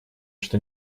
что